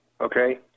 okay